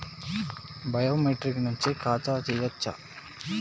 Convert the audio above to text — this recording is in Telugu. బయోమెట్రిక్ నుంచి ఖాతా తీయచ్చా?